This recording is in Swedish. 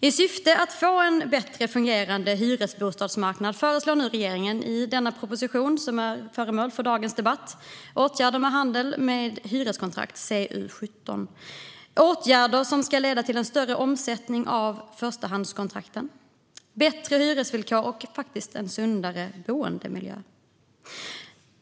I syfte att få en bättre fungerande hyresbostadsmarknad föreslår regeringen i den proposition som är föremål för denna debatt och som behandlats i betänkandet Åtgärder mot handel med hyreskontrakt , CU17, åtgärder som ska leda till en större omsättning av förstahandskontrakten, bättre hyresvillkor och faktiskt en sundare boendemiljö.